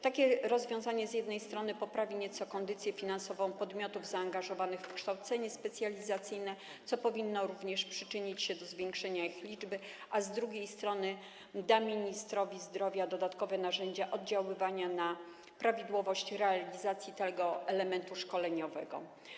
Takie rozwiązanie z jednej strony poprawi nieco kondycję finansową podmiotów zaangażowanych w kształcenie specjalizacyjne, co powinno również przyczynić się do zwiększenia ich liczby, a z drugiej strony da ministrowi zdrowia dodatkowe narzędzia oddziaływania, jeśli chodzi o prawidłowość realizacji tego elementu szkoleniowego.